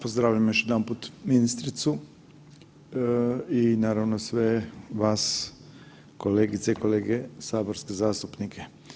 Pozdravljam još jedanput ministricu i naravno sve vas kolegice i kolege saborske zastupnike.